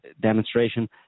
demonstration